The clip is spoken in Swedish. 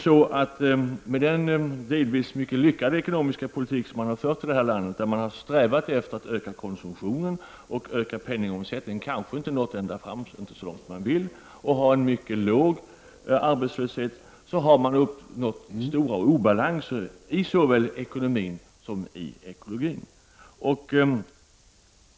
I och med den delvis mycket lyckade ekonomiska politik som har förts i detta land — då man har strävat efter att öka konsumtionen och penningomsättningen, men kanske inte nått så långt man vill, och då man har strävat efter att arbetslösheten skall vara så låg som möjligt — har man uppnått stora obalanser i såväl ekonomin som i ekologin.